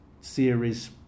series